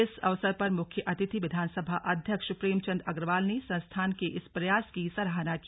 इस अवसर पर मुख्य अतिथि विधानसभा अध्यक्ष प्रेमचन्द अग्रवाल ने संस्थान के इस प्रयास की सराहना की